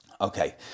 Okay